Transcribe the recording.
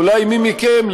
אולי מי מכם,